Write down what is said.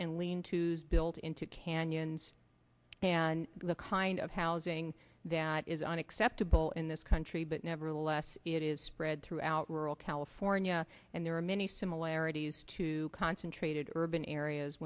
and lean tos built into canyons and the kind of housing that isn't acceptable in this country but nevertheless it is spread throughout rural california and there are many similarities to concentrated urban areas